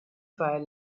fire